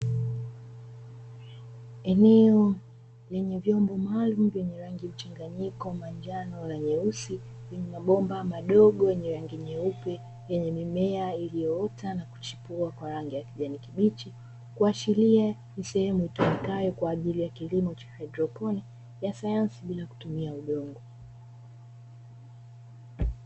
Eneo lenye vyombo maalumu vyenye rangi mchanganyiko wa manjano na nyeusi na mabomba madogo yenye rangi nyeupe yenye mimea iliyoota na kuchipua kwa rangi ya kijani kibichi, kuashiria ni sehemu itumikayo kwa ajili ya kilimo cha haidroponi ya sayansi bila kutumia udongo.